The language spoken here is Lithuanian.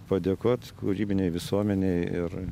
padėkot kūrybinei visuomenei ir